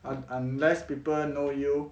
un~ unless people know you